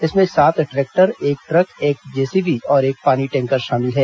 इसमें सात ट्रैक्टर एक ट्रक एक जेसीबी और एक पानी टैंकर शामिल हैं